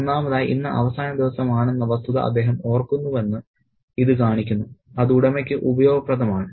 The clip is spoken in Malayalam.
ഒന്നാമതായി ഇന്ന് അവസാന ദിവസമാണെന്ന വസ്തുത അദ്ദേഹം ഓർക്കുന്നുവെന്ന് ഇത് കാണിക്കുന്നു അത് ഉടമയ്ക്ക് ഉപയോഗപ്രദമാണ്